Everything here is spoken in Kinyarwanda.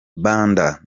banda